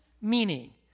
meaning